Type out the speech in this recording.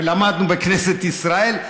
ולמדנו בכנסת ישראל,